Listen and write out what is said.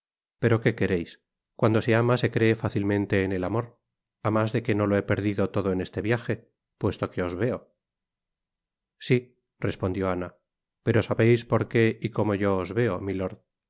pero qué quereis cuando se ama se cree facilmente en el amor á mas de que no lo he perdido todo en este viaje puesto que os veo sí respondió ana pero sabeis porque y como yo os veo milord